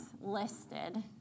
listed